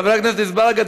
חבר הכנסת אזברגה,